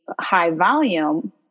high-volume